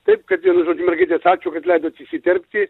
taip kad vienu žodžiu mergaitės ačiū kad leidot įsiterpti